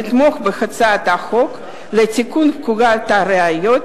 לתמוך בהצעת החוק לתיקון פקודת הראיות